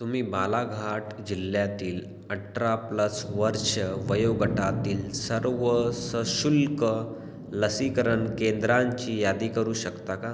तुम्ही बालाघाट जिल्ह्यातील अठरा प्लस वर्ष वयोगटातील सर्व सशुल्क लसीकरण केंद्रांची यादी करू शकता का